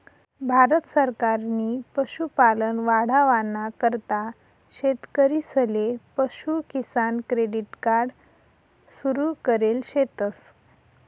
भारत सरकारनी पशुपालन वाढावाना करता शेतकरीसले पशु किसान क्रेडिट कार्ड सुरु करेल शेतस